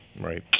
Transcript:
Right